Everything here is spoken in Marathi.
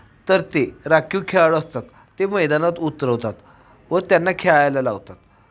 तर ते राखीव खेळाडू असतात ते मैदानात उतरवतात व त्यांना खेळायला लावतात